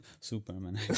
Superman